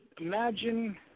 imagine